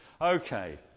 Okay